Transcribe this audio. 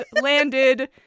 landed